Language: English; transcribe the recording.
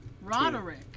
Roderick